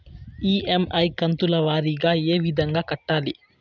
EMI కంతుల వారీగా ఏ విధంగా కట్టాలి